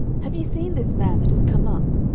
have ye seen this man that is come up?